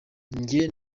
njye